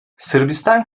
sırbistan